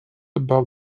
above